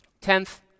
Tenth